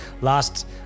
last